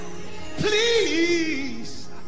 please